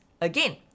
again